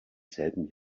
selben